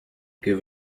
give